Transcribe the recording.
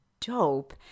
dope